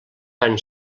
van